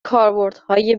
کاربردهای